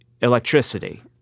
Electricity